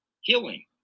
healing